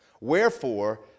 wherefore